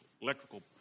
electrical